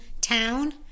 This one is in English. town